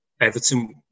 Everton